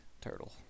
turtle